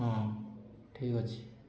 ହଁ ଠିକ୍ ଅଛି